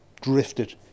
drifted